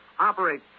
operate